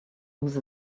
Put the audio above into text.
lose